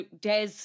des